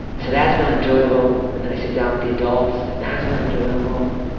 so that's not enjoyable and then i sit down with the adults and that's not enjoyable.